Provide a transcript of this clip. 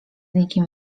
nikim